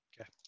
Okay